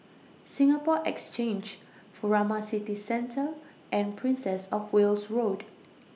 Singapore Exchange Furama City Centre and Princess of Wales Road